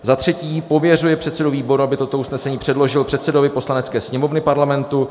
III. pověřuje předsedu výboru, aby toto usnesení předložil předsedovi Poslanecké sněmovny Parlamentu;